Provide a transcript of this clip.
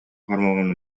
кармалган